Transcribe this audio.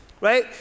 right